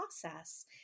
process